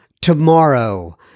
tomorrow